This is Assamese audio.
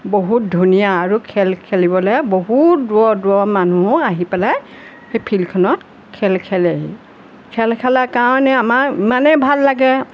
বহুত ধুনীয়া আৰু খেল খেলিবলৈ বহুত দূৰৰ দূৰৰ মানুহে আহি পেলাই সেই ফিল্ডখনত খেল খেলেহি খেল খেলাৰ কাৰণে আমাৰ ইমানেই ভাল লাগে